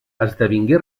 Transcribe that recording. esdevingué